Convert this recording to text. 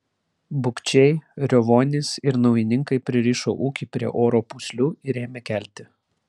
bukčiai riovonys ir naujininkai pririšo ūkį prie oro pūslių ir ėmė kelti